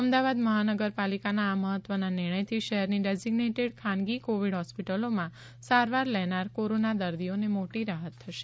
અમદાવાદ મહાનગરપા લિકાના આ મહત્વના નિર્ણયથી શહેરની ડેઝીઝેટેડ ખાનગી કોવીડ હોસ્પિટલોમાં સારવાર લેનાર કોરોના દર્દીઓને મોટી રાહત થશે